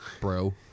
bro